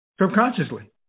subconsciously